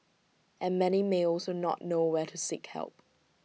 and many may also not know where to seek help